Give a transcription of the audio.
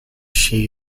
she